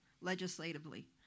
legislatively